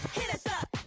hit us up